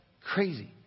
crazy